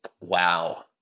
Wow